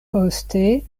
poste